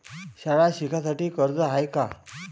शाळा शिकासाठी कर्ज हाय का?